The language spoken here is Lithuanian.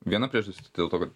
viena priežastis dėl to kad